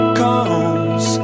comes